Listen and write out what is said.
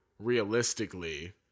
Realistically